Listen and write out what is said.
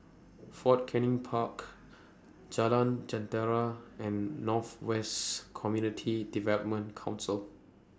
Fort Canning Park Jalan Jentera and North West Community Development Council